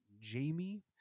Jamie